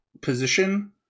position